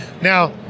Now